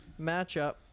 matchup